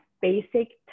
basic